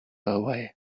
away